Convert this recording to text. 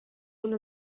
una